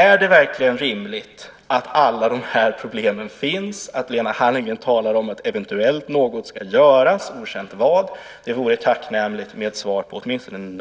Är det verkligen rimligt att alla de här problemen finns, att Lena Hallengren talar om att något eventuellt ska göras, okänt vad? Det vore tacknämligt med ett svar på åtminstone en